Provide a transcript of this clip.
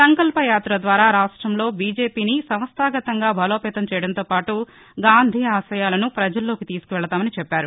సంకల్పయాత ద్వారా రాష్ట్రంలో బీజేపీని సంస్థాగతంగా బలోపేతం చేయడంతోపాటు గాంధీ ఆశయాలను ప్రజల్లోకి తీసుకువెళతామని చెప్పారు